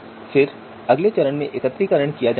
फिर अगले चरण में एकत्रीकरण किया जाना है